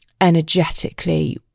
energetically